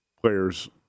players